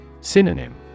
Synonym